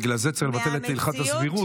בגלל זה צריך לבטל את הלכת הסבירות,